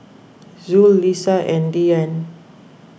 Zul Lisa and Dian